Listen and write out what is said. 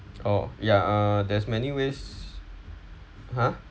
oh ya uh there's many ways !huh!